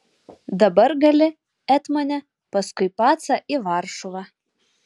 dabar gali etmone paskui pacą į varšuvą